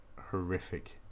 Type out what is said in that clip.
horrific